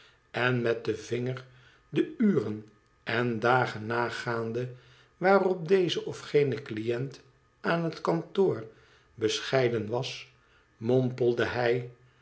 en met den vinger de uren en dagen nagaande waarop deze of gene cliënt aan het kantoor bescheiden was mompelde hij